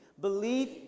Belief